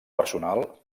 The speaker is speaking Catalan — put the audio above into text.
personal